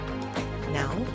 Now